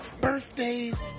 birthdays